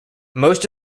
most